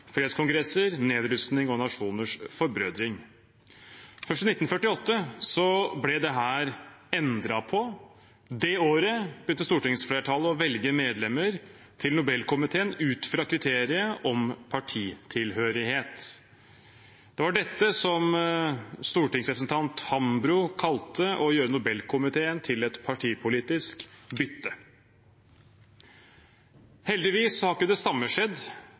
fredskongresser, nedrustning og nasjoners forbrødring. Først i 1948 ble dette endret på. Det året begynte stortingsflertallet å velge medlemmer til Nobelkomiteen ut fra kriteriet om partitilhørighet. Det var dette stortingsrepresentant Hambro kalte å gjøre Nobelkomiteen til et partipolitisk bytte. Heldigvis har ikke det samme skjedd